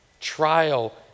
trial